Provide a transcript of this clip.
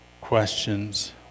questions